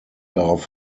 darauf